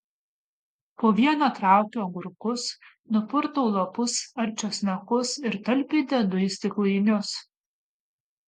po vieną traukiu agurkus nupurtau lapus ar česnakus ir talpiai dedu į stiklainius